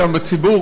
גם בציבור,